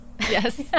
Yes